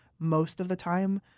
most of the time,